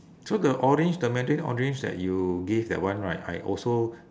so the orange the mandarin orange that you give that one right I also